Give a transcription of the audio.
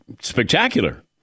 spectacular